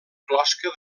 closca